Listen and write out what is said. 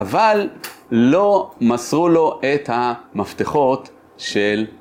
אבל לא מסרו לו את המפתחות של הלב.